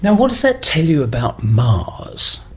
and what does that tell you about mars?